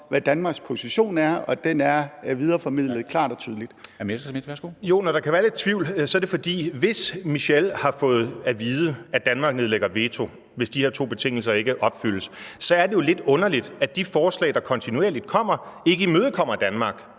værsgo. Kl. 13:05 Morten Messerschmidt (DF): Jo, men der kan være lidt tvivl, for hvis Michel har fået at vide, at Danmark nedlægger veto, hvis de her to betingelser ikke opfyldes, så er det jo lidt underligt, at de forslag, der kontinuerligt kommer, ikke imødekommer Danmark.